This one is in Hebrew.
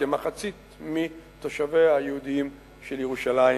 כמחצית מתושביה היהודים של ירושלים